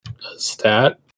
stat